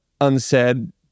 unsaid